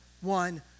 one